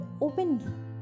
open